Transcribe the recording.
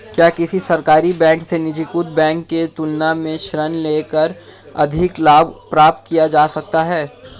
क्या किसी सरकारी बैंक से निजीकृत बैंक की तुलना में ऋण लेकर अधिक लाभ प्राप्त किया जा सकता है?